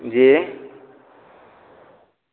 जी